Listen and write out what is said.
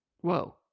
Whoa